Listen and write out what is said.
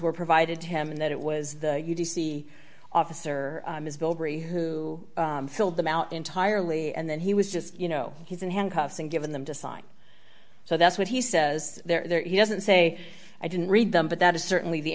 were provided to him and that it was the u t c officer who filled them out entirely and then he was just you know he's in handcuffs and given them to sign so that's what he says there he doesn't say i didn't read them but that is certainly the